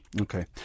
Okay